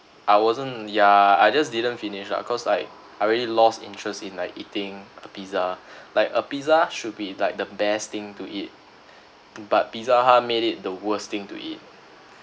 I wasn't ya I just didn't finish lah cause like I already lost interest in like eating a pizza like a pizza should be like the best thing to eat but pizza hut made it the worst thing to eat